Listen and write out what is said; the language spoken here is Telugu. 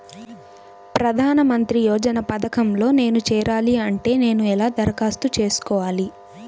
ప్రధాన మంత్రి యోజన పథకంలో నేను చేరాలి అంటే నేను ఎలా దరఖాస్తు చేసుకోవాలి?